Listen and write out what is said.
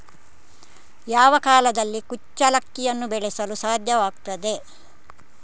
ಯಾವ ಕಾಲದಲ್ಲಿ ಕುಚ್ಚಲಕ್ಕಿಯನ್ನು ಬೆಳೆಸಲು ಸಾಧ್ಯವಾಗ್ತದೆ?